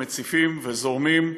ומציפים וזורמים,